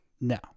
no